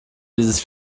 dieses